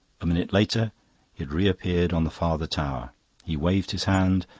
a minute later he had reappeared on the farther tower he waved his hand,